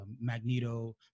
magneto